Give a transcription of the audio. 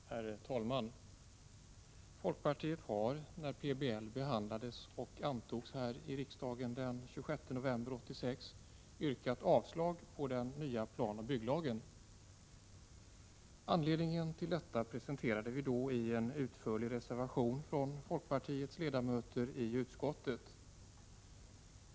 Herr talman! Folkpartiet har, när PBL behandlades och antogs här i riksdagen den 26 november 1986, yrkat avslag på den nya planoch bygglagen. Anledningen till detta presenterade folkpartiets ledamöter i utskottet i en utförlig reservation.